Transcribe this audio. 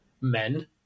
men